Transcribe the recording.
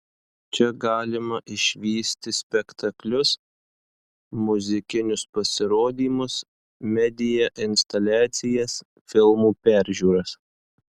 čia galima išvysti spektaklius muzikinius pasirodymus media instaliacijas filmų peržiūras